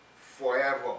forever